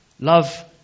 Love